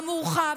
המורחב,